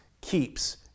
keeps